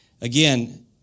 again